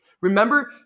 Remember